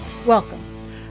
Welcome